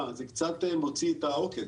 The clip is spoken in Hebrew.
קצת מוציא את העוקץ,